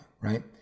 right